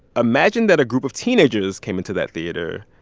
imagine that a group of teenagers came into that theater,